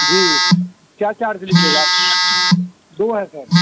جی کیا چارج لیجیے گا آپ دو ہے سر